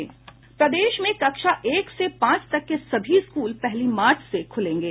प्रदेश में कक्षा एक से पांच तक के सभी स्कूल पहली मार्च से खूलेंगे